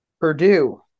Purdue